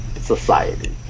society